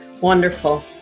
Wonderful